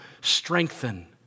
strengthen